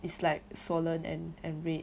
it's like swollen and and red